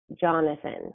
Jonathan